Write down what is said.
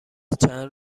چند